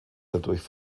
dadurch